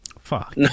Fuck